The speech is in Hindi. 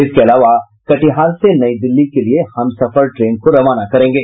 इसके अलावा कटिहार से नई दिल्ली के लिए हमसफर ट्रेन को रवाना करेंगे